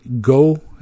go